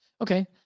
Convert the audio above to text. Okay